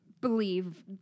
believe